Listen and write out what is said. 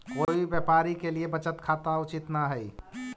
कोई व्यापारी के लिए बचत खाता उचित न हइ